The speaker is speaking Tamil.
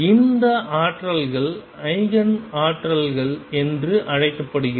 இந்த ஆற்றல்கள் ஈஜென் ஆற்றல்கள் என்று அழைக்கப்படுகின்றன